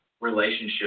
relationship